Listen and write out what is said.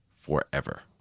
forever